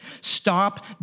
stop